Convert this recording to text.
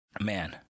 man